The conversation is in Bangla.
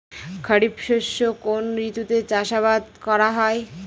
খরিফ শস্য কোন ঋতুতে চাষাবাদ করা হয়?